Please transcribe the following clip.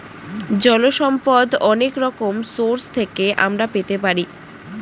জল সম্পদ অনেক রকম সোর্স থেকে আমরা পেতে পারি